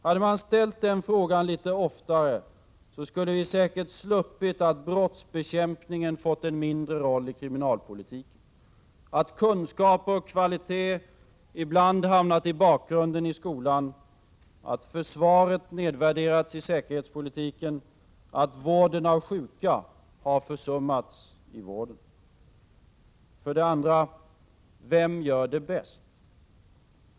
Hade man ställt den frågan litet oftare skulle vi säkert sluppit att brottsbekämpningen fått en mindre roll i kriminalpolitiken, att kunskaper och kvalitet ibland hamnat i bakgrunden i skolan, att försvaret nedvärderats i säkerhetspolitiken, att vården av sjuka hade försummats i vården. För det andra: Vem gör det bäst?